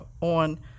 on